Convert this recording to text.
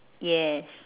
yes